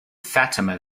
fatima